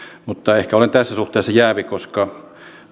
mutta ehkä olen tässä suhteessa jäävi koska